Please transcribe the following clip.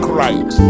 right